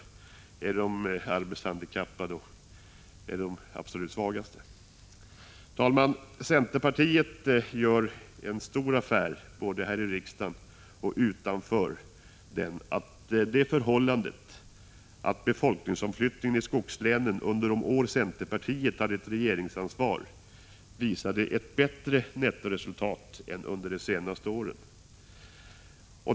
Det är de arbetshandikappade och de absolut svagaste i samhället. Herr talman! Centerpartiet gör en stor affär både i och utanför riksdagen av det förhållandet att befolkningsomflyttningen i skogslänen under de år centerpartiet hade ett regeringsansvar visade ett bättre nettoresultat än under de senaste åren.